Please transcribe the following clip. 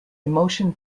emotion